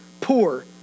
poor